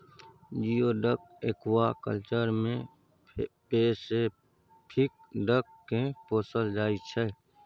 geoduck aquaculture मे Pacific duck केँ पोसल जाइ छै